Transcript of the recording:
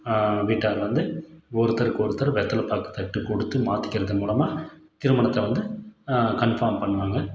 வீட்டார் வந்து ஒருத்தருக்கு ஒருத்தர் வெற்றில பாக்கு தட்டு கொடுத்து மாற்றிக்கிறது மூலமாக திருமணத்தை வந்து கன்ஃபார்ம் பண்ணுவாங்க